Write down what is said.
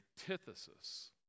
antithesis